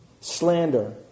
slander